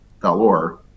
Valor